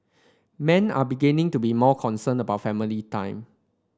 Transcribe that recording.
men are beginning to be more concerned about family time